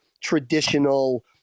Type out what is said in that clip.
traditional